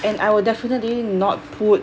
and I will definitely not put